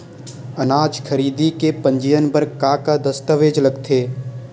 अनाज खरीदे के पंजीयन बर का का दस्तावेज लगथे?